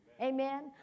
Amen